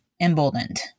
emboldened